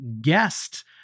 guest